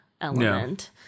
element